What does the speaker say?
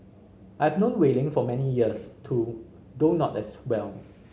I have known Wei Ling for many years too though not as well